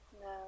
No